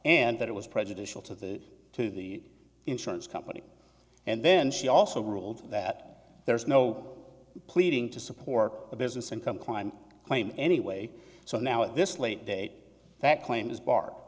and that it was prejudicial to the to the insurance company and then she also ruled that there is no pleading to support the business income climb claim anyway so now at this late date that claim is bar